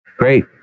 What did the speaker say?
Great